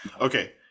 Okay